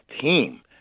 team